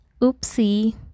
Oopsie